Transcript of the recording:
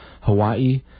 Hawaii